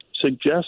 suggest